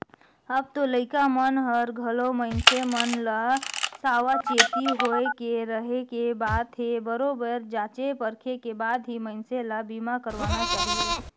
अब तो लइका मन हर घलो मइनसे मन ल सावाचेती होय के रहें के बात हे बरोबर जॉचे परखे के बाद ही मइनसे ल बीमा करवाना चाहिये